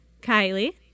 Kylie